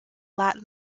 latin